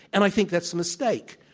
and i think that's a mistake.